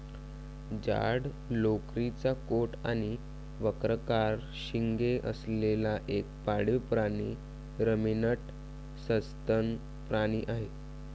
जाड लोकरीचा कोट आणि वक्राकार शिंगे असलेला एक पाळीव प्राणी रमिनंट सस्तन प्राणी आहे